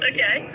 Okay